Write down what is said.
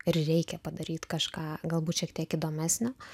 ir reikia padaryt kažką galbūt šiek tiek įdomesnio